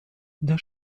das